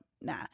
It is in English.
nah